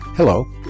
Hello